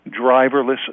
driverless